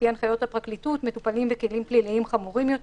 לפי הנחיות הפרקליטות מטופלים בכלים פליליים חמורים יותר,